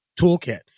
toolkit